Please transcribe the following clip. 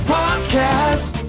podcast